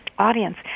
Audience